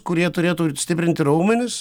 kurie turėtų stiprinti raumenis